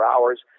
Hours